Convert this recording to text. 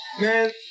Man